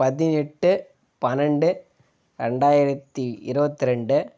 பதினெட்டு பன்னெண்டு ரெண்டாயிரத்தி இருபத்து ரெண்டு